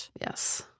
yes